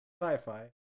sci-fi